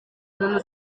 umuntu